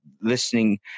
listening